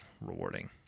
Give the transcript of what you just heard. rewarding